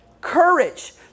Courage